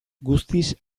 guztiz